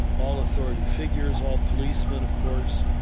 all authority figures, all policemen, of course,